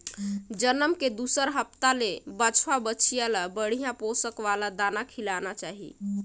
जनम के दूसर हप्ता ले बछवा, बछिया ल बड़िहा पोसक वाला दाना खिलाना चाही